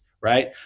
Right